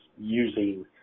using